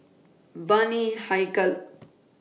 Bani Haykal